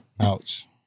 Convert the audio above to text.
Ouch